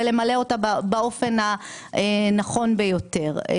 ולמלא אותה באופן הנכון ביותר,